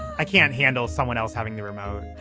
i can't handle someone else having the remote in.